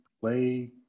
play